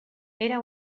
era